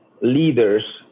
leaders